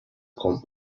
come